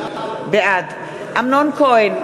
בעד אמנון כהן,